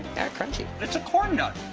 crunchy. it's a corn nut.